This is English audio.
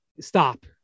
Stop